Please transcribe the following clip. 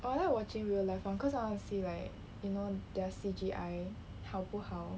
oh I like watching real life [one] cause I want to see like you know their C_G_I 好不好